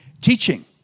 Teaching